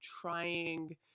trying